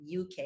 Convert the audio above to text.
UK